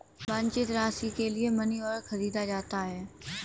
वांछित राशि के लिए मनीऑर्डर खरीदा जाता है